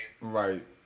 right